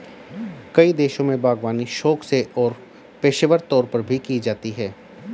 कई देशों में बागवानी शौक से और पेशेवर तौर पर भी की जाती है